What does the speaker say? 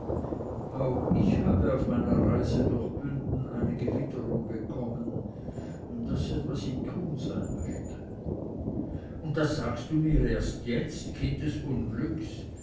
auch ich habe auf meiner reise durch bünden einige witterung bekommen daß etwas im tun sein möchte und das sagst du mir jetzt erst kind des unglücks